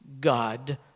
God